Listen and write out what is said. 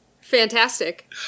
fantastic